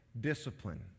discipline